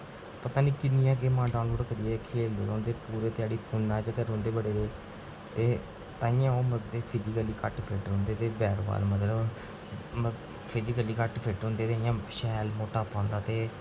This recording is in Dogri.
पता नेईं किन्निया गेमां डाउनलाउड करियै खेढदे रौंह्दे पुरी घ्याड़ी फोने च गै रौंह्दे बडे़ दे ते ताइयें ओह् मते फिजीकली घट्ट रौंह्दे ते फिजीकली घट्ट फिट होंदे ते शैल मुट्टा पन होंदा ते